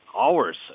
hours